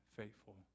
faithful